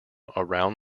around